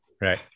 right